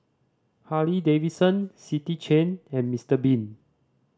Harley Davidson City Chain and Mister Bean